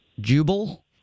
Jubal